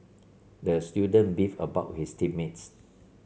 the student beefed about his team mates